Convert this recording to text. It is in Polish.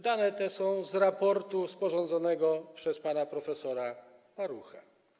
Dane te pochodzą z raportu sporządzonego przez pana prof. Parucha.